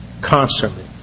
constantly